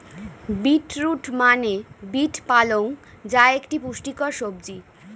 beet root মানে beet পালং যা একটি পুষ্টিকর সবজি